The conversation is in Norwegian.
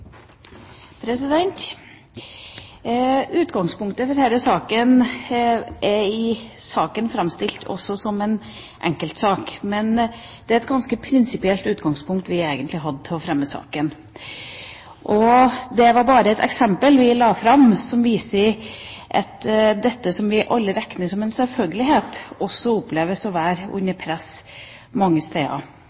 framstilt også som en enkeltsak, men vi hadde et ganske prinsipielt utgangspunkt da vi fremmet saken. Det var bare et eksempel vi la fram, som viser at det som vi alle regner som en selvfølgelighet, også oppleves å være under press mange steder.